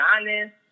honest